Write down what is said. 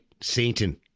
Satan